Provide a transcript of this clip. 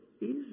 easy